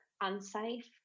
unsafe